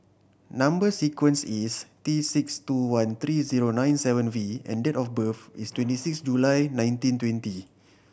number sequence is T six two one three zero nine seven V and date of birth is twenty six July nineteen twenty